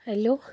hello